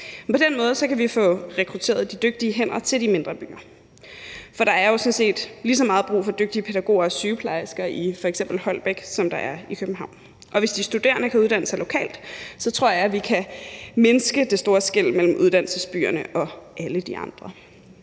På den måde kan vi få rekrutteret de dygtige hænder til de mindre byer, for der er jo sådan set lige så meget brug for dygtige pædagoger og sygeplejersker i f.eks. Holbæk, som der er i København, og hvis de studerende kan uddanne sig lokalt, tror jeg, at vi kan mindske det store skel mellem uddannelsesbyerne og alle de andre